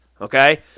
okay